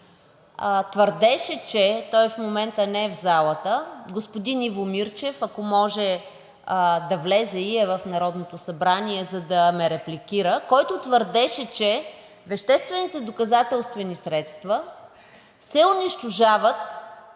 твърдеше, че, той в момента не е в залата – господин Иво Мирчев, ако може да влезе и е в Народното събрание, за да ме репликира, който твърдеше, че веществените доказателствени средства се унищожават